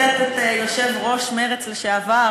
אצטט את יושב-ראש מרצ לשעבר,